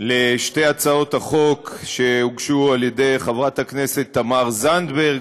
על שתי הצעות החוק שהוגשו על-ידי חברת הכנסת תמר זנדברג,